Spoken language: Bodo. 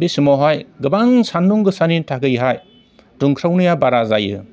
बे समावहाय गोबां सान्दुंगोसानि थाखायहाय दुंख्रावनाया बारा जायो